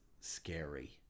scary